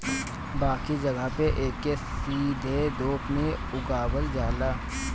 बाकी जगह पे एके सीधे धूप में उगावल जाला